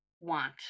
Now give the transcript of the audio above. want